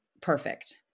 Perfect